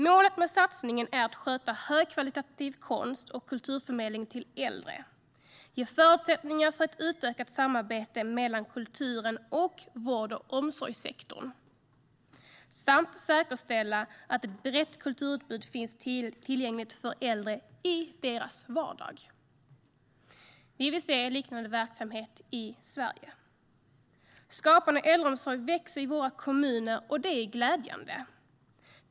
Målet med satsningen är att sköta högkvalitativ konst och kulturförmedling till äldre, ge förutsättningar för ett utökat samarbete mellan kulturen och vård och omsorgssektorn samt säkerställa att ett brett kulturutbud finns tillgängligt för äldre i deras vardag. Vi vill se liknande verksamhet i Sverige. Skapande äldreomsorg växer i våra kommuner, och det är glädjande.